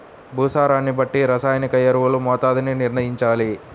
భూసారాన్ని బట్టి రసాయనిక ఎరువుల మోతాదుని నిర్ణయంచాలి